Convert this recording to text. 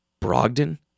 Brogdon